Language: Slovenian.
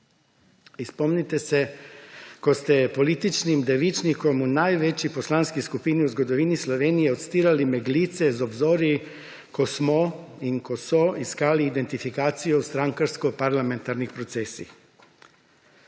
In spomnite se, ko ste političnim devičnikom v največji poslanski skupini v zgodovini Slovenije odstirali meglice z obzorij, ko smo in ko so iskali identifikacijo v strankarsko-parlamentarnih procesih.